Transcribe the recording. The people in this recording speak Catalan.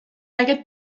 aquest